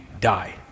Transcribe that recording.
die